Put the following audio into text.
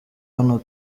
hano